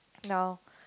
now